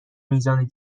میزان